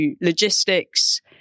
logistics